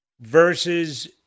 versus